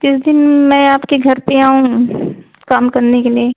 किस दिन मैं आपके घर पर आऊँ काम करने के लिए